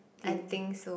teen